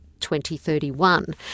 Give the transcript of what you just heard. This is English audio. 2031